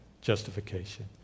Justification